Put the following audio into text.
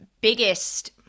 biggest